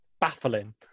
baffling